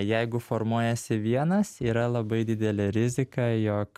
jeigu formuojasi vienas yra labai didelė rizika jog